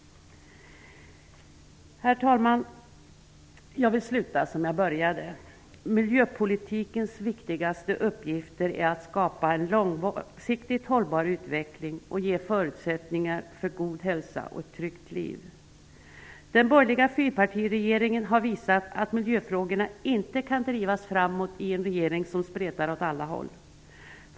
Herr talman! Jag vill sluta som jag började. Miljöpolitikens viktigaste uppgifter är att skapa en långsiktigt hållbar utveckling och ge förutsättningar för god hälsa och ett tryggt liv. Den borgerliga fyrpartiregeringen har visat att miljöfrågorna inte kan drivas framåt i en regering som spretar åt alla håll.